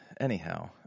anyhow